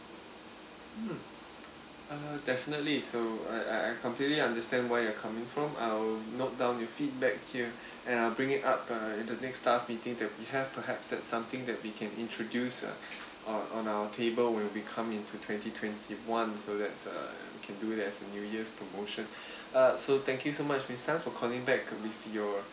mm uh definitely so I I I completely understand why you're coming from I'll note down your feedback here and I'll bring it up uh the next staff meeting that we have perhaps that something that we can introduce ah on our table when it become into twenty twenty one so that's uh we can do it as a new year's promotion uh so thank you so much miss tan for calling back with your